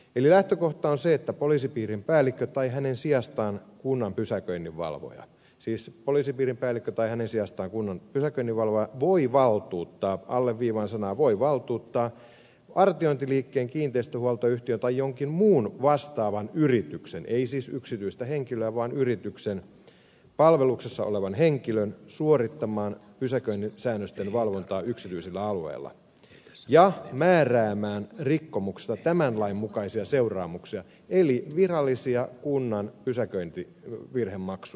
eli lähtökohta on se että poliisipiirin päällikkö tai hänen sijastaan kunnan pysäköinninvalvoja siis olisi pidettävä pääni sijasta kunnan pysäköinninvalvoja voi valtuuttaa alleviivaan sanoja voi valtuuttaa vartiointiliikkeen kiinteistönhuoltoyhtiön tai jonkin muun vastaavan yrityksen ei siis yksityistä henkilöä vaan yrityksen palveluksessa olevan henkilön suorittamaan pysäköinnin säännösten valvontaa yksityisellä alueella ja määräämään rikkomuksesta tämän lain mukaisia seuraamuksia eli virallisia kunnan pysäköintivirhemaksuja